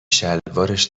شلوارش